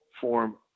form